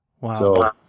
Wow